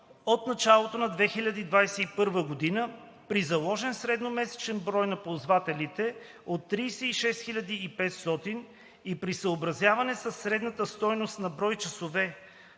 от началото на 2021 г., при заложен средномесечен брой на ползвателите от 36 500 и при съобразяване със средната стойност на брой часове